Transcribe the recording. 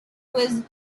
was